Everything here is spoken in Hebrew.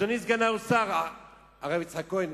אדוני סגן שר האוצר הרב יצחק כהן,